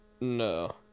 no